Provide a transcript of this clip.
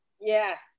Yes